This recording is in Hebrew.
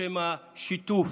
בשם השיתוף,